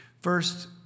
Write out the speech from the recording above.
First